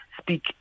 speak